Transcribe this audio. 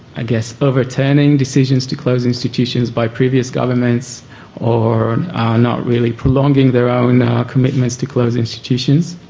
i guess, overturning decisions to close institutions by previous governments or not really prolonging their own commitments to close institutions.